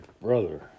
brother